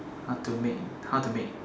how to make how to make